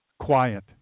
quiet